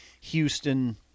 Houston